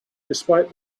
despite